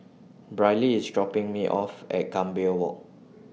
Briley IS dropping Me off At Gambir Walk